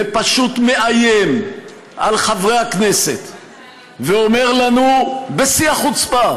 ופשוט מאיים על חברי הכנסת ואומר לנו בשיא החוצפה,